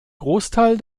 großteil